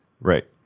Right